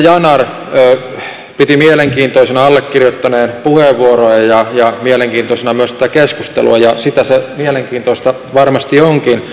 edustaja yanar piti mielenkiintoisena allekirjoittaneen puheenvuoroa ja mielenkiintoisena myös tätä keskustelua ja mielenkiintoista se varmasti onkin